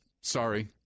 Sorry